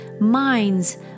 minds